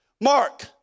Mark